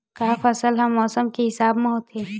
का फसल ह मौसम के हिसाब म होथे?